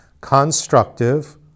Constructive